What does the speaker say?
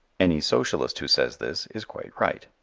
any socialist who says this, is quite right.